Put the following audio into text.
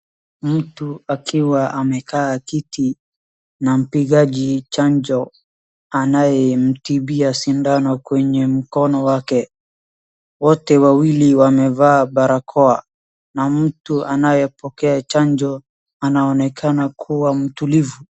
Mtu akiwa amekaa kiti na mpigaji chanjo anayemtibia sindano kwenye mkono wake. Wote wawili wamevaa barakoa. Na mtu anayepokea chanjo anaonekana kuwa mtulivu.